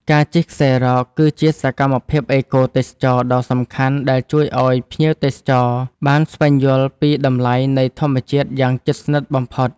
ការជិះខ្សែរ៉ក គឺជាសកម្មភាពអេកូទេសចរណ៍ដ៏សំខាន់ដែលជួយឱ្យភ្ញៀវទេសចរបានស្វែងយល់ពីតម្លៃនៃធម្មជាតិយ៉ាងជិតស្និទ្ធបំផុត។